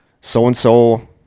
so-and-so